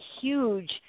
huge